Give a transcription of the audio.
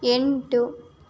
ಎಂಟು